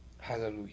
Hallelujah